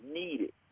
needed